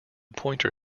pointer